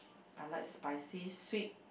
I like spicy sweet